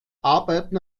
arbeiten